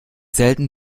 selten